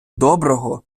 доброго